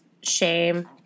shame